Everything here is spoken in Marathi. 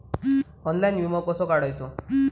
ऑनलाइन विमो कसो काढायचो?